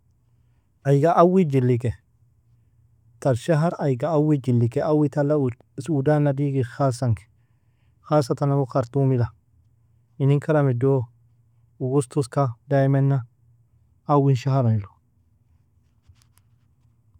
Aiga awig jilike tar شهر aiga awig jilike awi tala udo sudana digid khalasange خاصة gon khartumila inin karamido اغسطس ka awin شهر ilu.